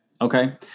Okay